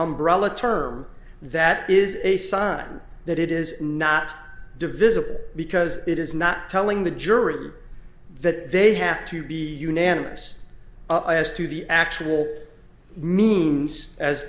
umbrella term that is a sign that it is not divisible because it is not telling the jury that they have to be unanimous as to the actual means as